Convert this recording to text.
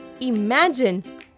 imagine